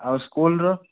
ଆଉ ସ୍କୁଲର